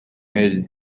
ell